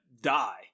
die